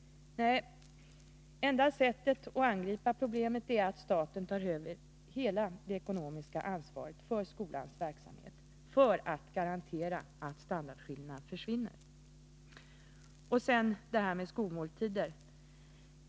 Nej, enda sättet att angripa problemet är att staten tar över hela det ekonomiska ansvaret för skolans verksamhet för att garantera att standardskillnaderna försvinner. Så till det här med skolmåltider.